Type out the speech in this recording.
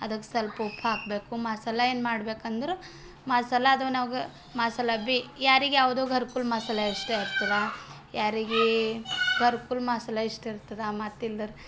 ಅದಕ್ಕೆ ಸ್ವಲ್ಪ ಉಪ್ಪು ಹಾಕಬೇಕು ಮಸಾಲೆ ಏನು ಮಾಡಬೇಕು ಅಂದರೆ ಮಸಾಲೆ ಅದುನಾಗ ಮಸಾಲೆ ಬಿ ಯಾರಿಗೆ ಯಾವುದೋ ಘರ್ಕುಲ್ ಮಸಾಲೆ ಇಷ್ಟ ಇರ್ತದೆ ಯಾರಿಗೆ ಘರ್ಕುಲ್ ಮಸಾಲೆ ಇಷ್ಟ ಇರ್ತದ ಮತ್ತಿಂದರ್